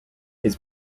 his